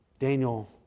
Daniel